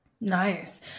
Nice